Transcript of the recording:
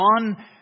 on